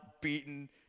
beaten